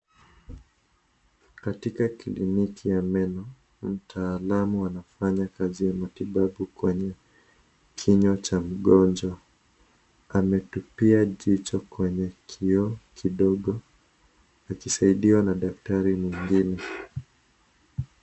Katika kliniki ya meno mtaalamu anafanya kazi ya matibabu kwenye kinywa cha mgonjwa, ametupia jicho kwenye kioo kidogo akisaidiwa na daktari mwingine.